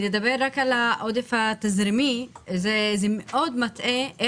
לדבר על העודף התזרימי זה מאוד מטעה.